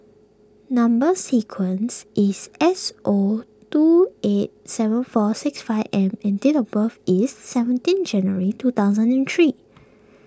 Number Sequence is S O two eight seven four six five M and date of birth is seventeen January two thousand and three